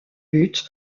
bute